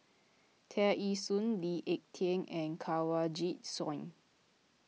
Tear Ee Soon Lee Ek Tieng and Kanwaljit Soin